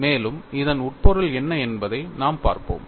மேலும் இதன் உட்பொருள் என்ன என்பதை நாம் பார்ப்போம்